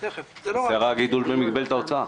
חסר הגידול במגבלת ההוצאה,